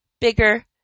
bigger